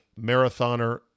marathoner